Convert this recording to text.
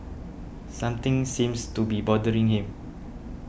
something seems to be bothering him